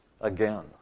Again